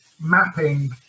mapping